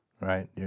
right